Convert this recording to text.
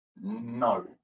No